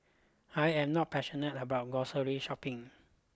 I am not passionate about grocery shopping